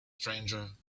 stranger